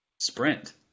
Sprint